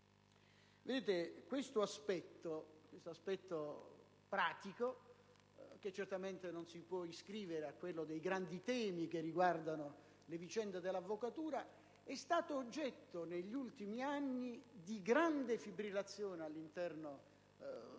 Questo aspetto pratico, che certamente non si può inserire nel novero de grandi temi che riguardano le vicende dell'avvocatura, è stato oggetto negli ultimi anni di grande fibrillazione all'interno